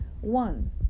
One